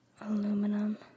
Aluminum